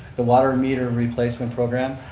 the water meter replacement program.